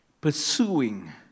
pursuing